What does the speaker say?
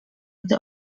gdy